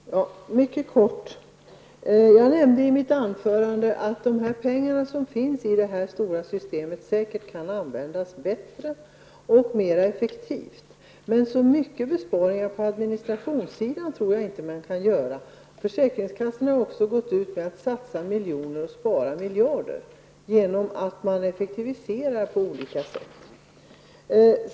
Herr talman! Mycket kort. Jag nämnde i mitt huvudanförande att pengarna som finns i det här stora systemet säkert kan användas bättre och mera effektivt. Men så stora besparingar på administrationssidan tror jag inte att man kan göra. Försäkringskassorna har gått ut med att ''satsa miljoner och spara miljarder'' genom att man effektiviserar på olika sätt.